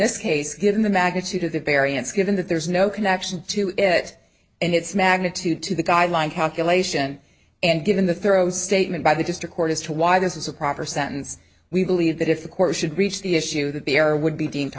this case given the magnitude of the variance given that there is no connection to it and its magnitude to the guideline calculation and given the throws statement by the district court as to why this is a proper sentence we believe that if the court should reach the issue that there would be deemed